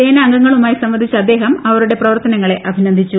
സേന അംഗങ്ങളുമായി സംവദിച്ച അദ്ദേഹം അവരുടെ പ്രവർത്തനങ്ങളെ അഭിനന്ദിച്ചു